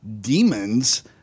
demons